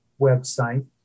website